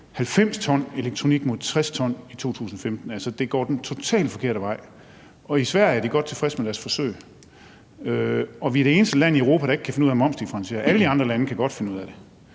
90 t elektronik mod 60 t i 2015. Det går altså den totalt forkerte vej. I Sverige er de godt tilfredse med deres forsøg, og vi er det eneste land i Europa, der ikke kan finde ud af at momsdifferentiere. Alle de andre lande kan godt finde ud af det